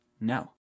No